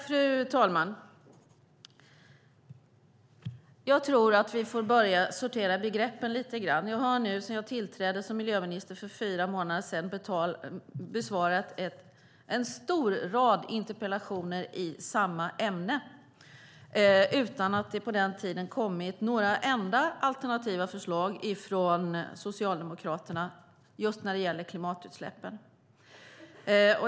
Fru talman! Vi får börja sortera begreppen lite grann. Jag har sedan jag tillträdde som miljöminister för fyra månader sedan besvarat en lång rad interpellationer i samma ämne utan att det på den tiden kommit några alternativa förslag från Socialdemokraterna när det gäller klimatutsläppen.